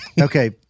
okay